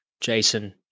Jason